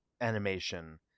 animation